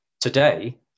today